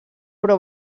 però